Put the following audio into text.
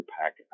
pack